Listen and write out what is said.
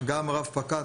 גם רב פקד,